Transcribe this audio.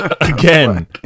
again